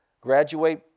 graduate